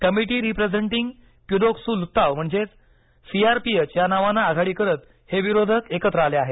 committee representing प्यीदौगसू लुत्ताव म्हणजेच सीआरपीएच या नावानं आघाडी करत हे विरोधक एकत्र आले आहेत